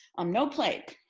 um no plague,